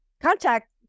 contact